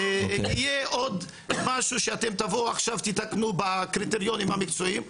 יהיה עוד משהו שאתם תבואו עכשיו ותתקנו בקריטריונים המקצועיים?